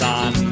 on